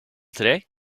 today